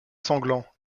sanglant